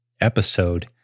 episode